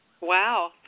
Wow